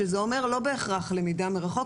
שזה אומר לא בהכרח למידה מרחוק,